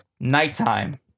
Nighttime